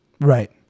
Right